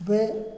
वे